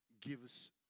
gives